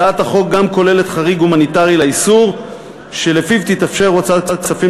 הצעת החוק גם כוללת חריג הומניטרי לאיסור שלפיו תתאפשר הוצאת כספים